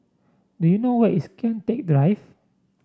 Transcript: do you know where is Kian Teck Drive